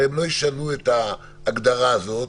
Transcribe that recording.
הרי הם לא ישנו את ההגדרה הזאת,